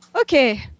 Okay